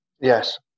Yes